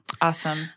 awesome